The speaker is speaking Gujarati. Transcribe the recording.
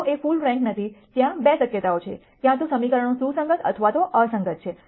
જો A ફુલ રેન્ક નથી ત્યાં 2 શક્યતાઓ છે ક્યાં તો સમીકરણો સુસંગત અથવા અસંગત છે